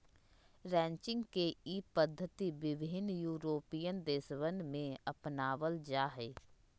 ranching के ई पद्धति विभिन्न यूरोपीयन देशवन में अपनावल जाहई